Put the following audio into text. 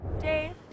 Dave